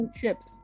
chips